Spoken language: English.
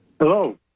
Hello